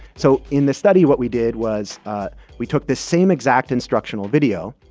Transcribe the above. so in this study, what we did was ah we took this same exact instructional video,